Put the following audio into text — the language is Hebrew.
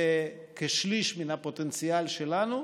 זה כשליש מן הפוטנציאל שלנו.